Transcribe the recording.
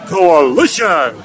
Coalition